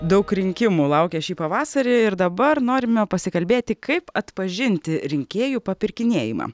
daug rinkimų laukia šį pavasarį ir dabar norime pasikalbėti kaip atpažinti rinkėjų papirkinėjimą